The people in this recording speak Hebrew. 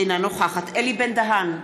אינה נוכחת אלי בן-דהן,